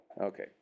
Okay